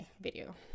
video